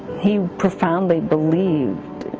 he profoundly believed